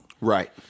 Right